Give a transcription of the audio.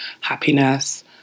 happiness